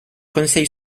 conseil